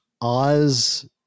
oz